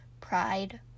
pride